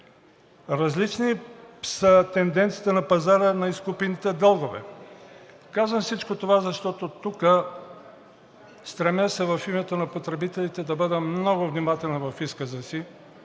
Различни са тенденциите на пазара на изкупените дългове. Казвам всичко това, защото се стремя в името на потребителите да бъда много внимателен в изказа си,